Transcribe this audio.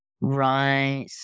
Right